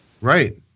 Right